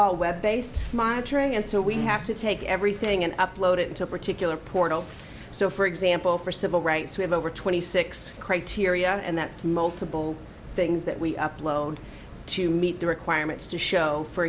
all web based monitoring and so we have to take everything and upload it to a particular portal so for example for civil rights we have over twenty six criteria and that's multiple things that we upload to meet the requirements to show for